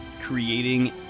creating